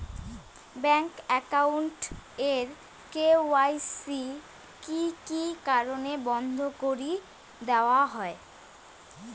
Bank account এর KYC কি কি কারণে বন্ধ করি দেওয়া হয়?